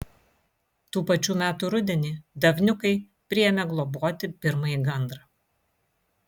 tų pačių metų rudenį davniukai priėmė globoti pirmąjį gandrą